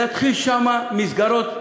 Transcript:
להתחיל שם מסגרות,